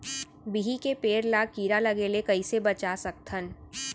बिही के पेड़ ला कीड़ा लगे ले कइसे बचा सकथन?